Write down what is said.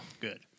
good